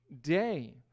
day